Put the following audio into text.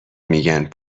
میگن